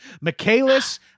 Michaelis